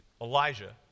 Elijah